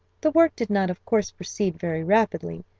the work did not, of course, proceed very rapidly,